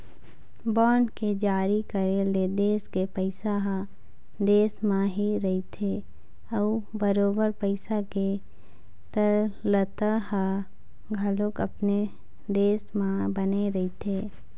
bond के जारी करे ले देश के पइसा ह देश म ही रहिथे अउ बरोबर पइसा के तरलता ह घलोक अपने देश म बने रहिथे